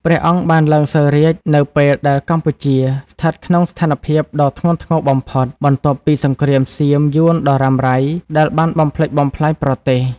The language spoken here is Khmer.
ព្រះអង្គបានឡើងសោយរាជ្យនៅពេលដែលកម្ពុជាស្ថិតក្នុងស្ថានភាពដ៏ធ្ងន់ធ្ងរបំផុត បន្ទាប់ពីសង្គ្រាមសៀម-យួនដ៏រ៉ាំរ៉ៃដែលបានបំផ្លិចបំផ្លាញប្រទេស។